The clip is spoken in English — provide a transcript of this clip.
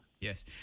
Yes